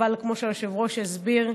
אבל כמו שהיושב-ראש הסביר,